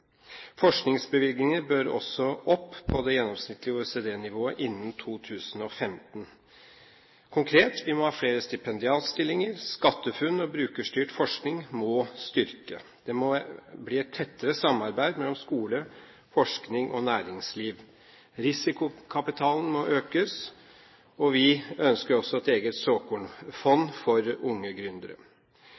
Forskningsbevilgninger bør også opp på det gjennomsnittlige OECD-nivået innen 2015. Konkret: Vi må ha flere stipendiatstillinger, SkatteFUNN og brukerstyrt forskning må styrkes. Det må bli et tettere samarbeid mellom skole, forskning og næringsliv. Risikokapitalen må økes, og vi ønsker også et eget såkornfond for unge